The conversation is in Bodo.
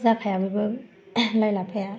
जाखाया बेबो लाइ लाफाया